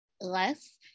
less